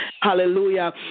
Hallelujah